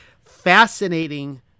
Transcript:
fascinating